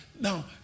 Now